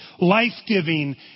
life-giving